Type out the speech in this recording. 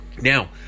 now